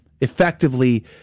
effectively